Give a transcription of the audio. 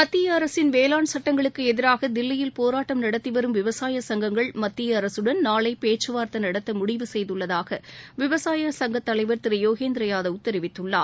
மத்திய அரசின் வேளாண் சுட்டங்களுக்கு எதிராக தில்லியில் போராட்டம் நடத்தி வரும் விவசாய சங்கங்கள் மத்திய அரகடன் நாளை பேச்சு வார்த்தை நடத்த முடிவு செய்துள்ளதாக விவசாய சங்கத் தலைவர் திரு யோகேந்திர யாதவ் தெரிவித்துள்ளார்